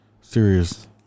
serious